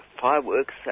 fireworks